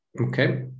Okay